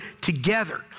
together